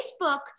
Facebook